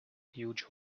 huge